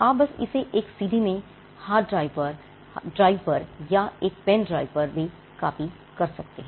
आप बस इसे एक सीडी में हार्ड ड्राइव पर या एक पेन ड्राइव पर कॉपी कर सकते हैं